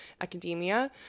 academia